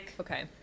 Okay